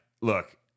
look